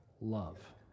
Love